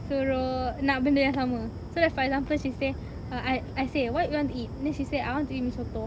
suruh nak benda yang sama so like for example she say uh I I say what you want to eat then she say I want to eat mi soto